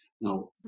Now